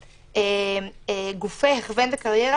מול גופי הכוון וקריירה,